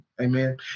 Amen